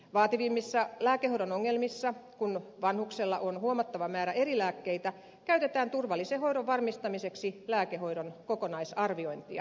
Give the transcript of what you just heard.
vaativimmissa lääkehoidon ongelmissa kun vanhuksella on huomattava määrä eri lääkkeitä käytetään turvallisen hoidon varmistamiseksi lääkehoidon kokonaisarviointia